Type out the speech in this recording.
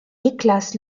niklas